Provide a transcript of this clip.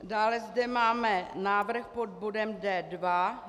Dále zde máme návrh pod bodem D2.